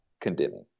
condemning